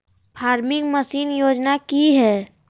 Farming machine योजना कि हैय?